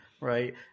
right